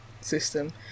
system